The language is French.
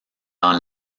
dans